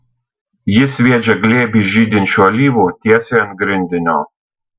ji sviedžia glėbį žydinčių alyvų tiesiai ant grindinio